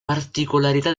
particolarità